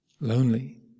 lonely